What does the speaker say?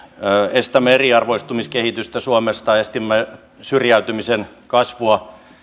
estämme eriarvoistumiskehitystä suomessa estämme syrjäytymisen kasvua